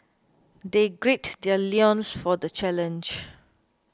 they gird their loins for the challenge